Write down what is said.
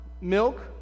milk